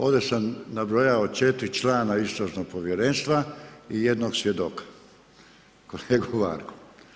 Ovdje sam nabrojao 4 člana Istražnog povjerenstva i jednog svjedoka, kolegu Vargu.